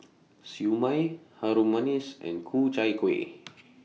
Siew Mai Harum Manis and Ku Chai Kuih